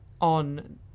on